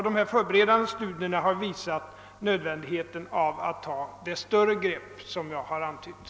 De förberedande studierna har mer och mer visat hur nödvändigt det är att ta det större grepp som jag antydde.